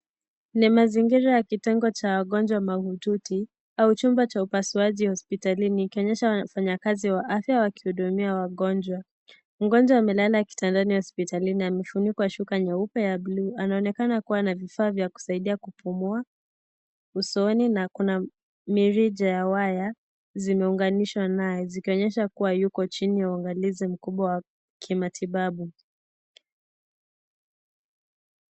Ni mazingira ya kitengo cha wagonjwa mahututi au chumba cha upasuaji hospitalini ikionyesha wafanyakazi wa afya wakihudumia wagonjwa , mgonjwa amelala kitandani hospitalini amefunikwa shuka nyeupe ya buluu inaonekana kuwa na vifaa vya kusaidia kupumua usoni na kuna mirija ya waya zimeunganishwa naye zikionyeshwa kuwa yuko chini ya uangalizi mkubwa kimatibabu.